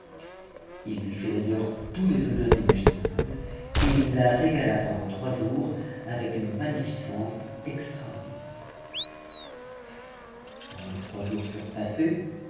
utd'aiueurs tous les honneurs imaginables t t ta régala pendant trois jours avec une magnificence extraordinaire nn u d les trois jours furent passés